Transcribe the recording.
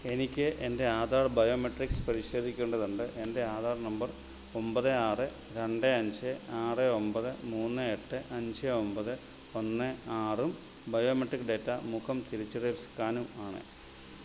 എനിക്ക് എൻ്റെ ആധാർ ബയോമെട്രിക്സ് പരിശോധിക്കേണ്ടതുണ്ട് എൻ്റെ ആധാർ നമ്പർ ഒമ്പത് ആറ് രണ്ട് അഞ്ച് ആറ് ഒമ്പത് മൂന്ന് എട്ട് അഞ്ച് ഒമ്പത് ഒന്ന് ആറും ബയോമെട്രിക് ഡാറ്റ മുഖം തിരിച്ചറിയൽ സ്കാനും ആണ്